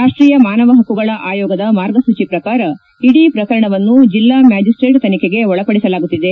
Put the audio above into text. ರಾಷ್ಷೀಯ ಮಾನವ ಪಕ್ಕುಗಳ ಆಯೋಗದ ಮಾರ್ಗಸೂಚಿ ಪ್ರಕಾರ ಇಡೀ ಪ್ರಕರಣವನ್ನು ಜಿಲ್ಲಾ ಮ್ಯಾಜಿಸ್ಸೇಟ್ ತನಿಖೆಗೆ ಒಳಪಡಿಸಲಾಗುತ್ತಿದೆ